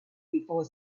before